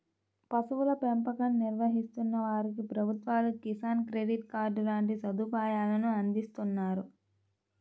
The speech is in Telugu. పశువుల పెంపకం నిర్వహిస్తున్న వారికి ప్రభుత్వాలు కిసాన్ క్రెడిట్ కార్డు లాంటి సదుపాయాలను అందిస్తున్నారు